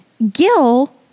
Gil